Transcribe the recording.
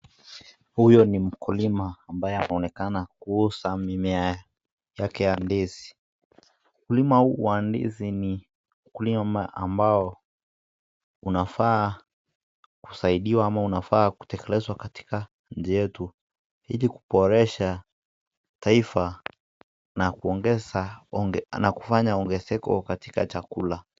Huyu ni mkulima ambaye anaonekana kuuza mimea yake ya ndizi. Ukulima huu wa ndizi ni ukulima ambao unafaa kutekelezwa katika nchi yetu ili kuboresha taifa na kufanya ongezeko katika chakula.